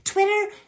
Twitter